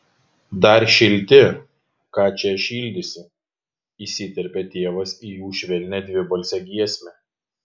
dar šilti ką čia šildysi įsiterpė tėvas į jų švelnią dvibalsę giesmę